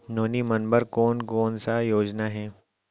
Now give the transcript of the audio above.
नोनी मन बर कोन कोन स योजना हे?